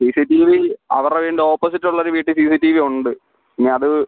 C C T V അവരുടെ വീടിൻ്റെ opposite ഉള്ള ഒരു വീട്ടിൽ സി സി ടി വി ഉണ്ട് ഇനി അത്